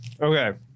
okay